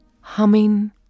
humming